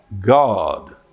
god